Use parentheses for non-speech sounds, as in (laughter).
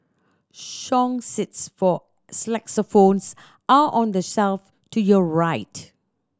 song sheets for (unintelligible) are on the shelf to your right